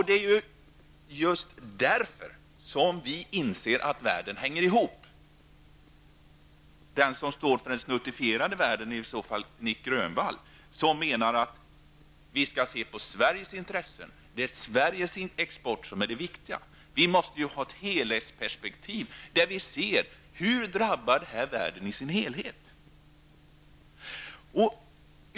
Det är just därför som vi miljöpartister inser att världen hänger ihop. Det är Nic Grönvall som står för den snuttifierade världen när han menar att vi skall se till Sveriges intressen och att det är Sveriges export som är det viktiga. Vi måste ha ett helhetsperspektiv och ställa oss frågan hur effekten blir för världen i övrigt.